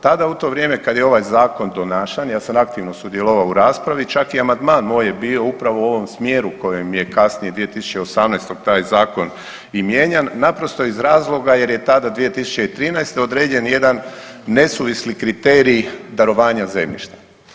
Tada, u to vrijeme kad je ovaj Zakon donašan, ja sam aktivno sudjelovao u raspravi, čak i amandman moj je bio upravo u ovom smjeru kojem je kasnije, 2018. taj Zakon i mijenjan naprosto iz razloga jer je tada, 2013. određen jedan nesuvisli kriterij darovanja zemljišta.